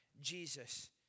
Jesus